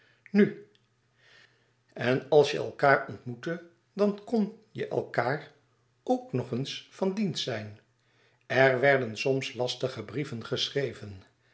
nu en als je elkaâr ontmoette dan kn je elkaàr ook nog eens van dienst zijn er werden soms lastige brieven geschreven